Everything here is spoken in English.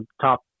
top